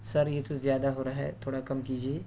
سر یہ تو زیادہ ہو رہا ہے تھوڑا کم کیجیے